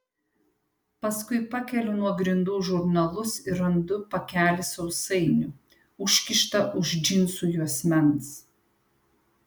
paskui pakeliu nuo grindų žurnalus ir randu pakelį sausainių užkištą už džinsų juosmens